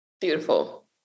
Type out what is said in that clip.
beautiful